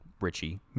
Richie